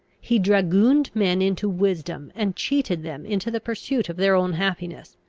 he dragooned men into wisdom, and cheated them into the pursuit of their own happiness.